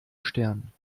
stern